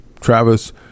travis